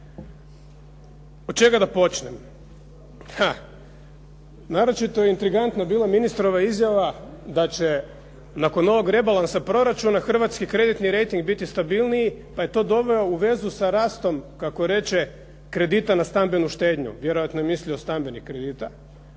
Od čega da počnem? Naročito je intrigantno bilo ministrova izjava da će nakon ovog rebalansa proračuna hrvatski kreditni reiting biti stabilniji pa je to doveo u svezu sa rastom, kako reče kredita na stambenu štednju, vjerojatno je mislio stambenih kredita.